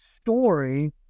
story